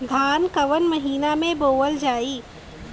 धान कवन महिना में बोवल जाई?